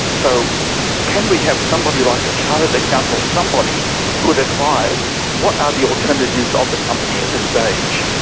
so can we have somebody like a chartered accountant or somebody could advise what are the alternatives of the company at this stage,